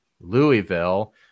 Louisville